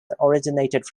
originated